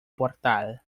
portal